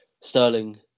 Sterling